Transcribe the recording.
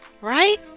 Right